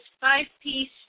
five-piece